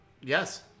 Yes